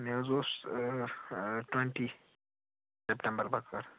مےٚ حظ اوس ٹونٛٹی سپٹمبَر بَکار